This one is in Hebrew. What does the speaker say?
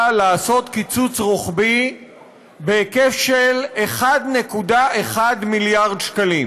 לעשות קיצוץ רוחבי בהיקף של 1.1 מיליארד שקלים.